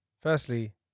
firstly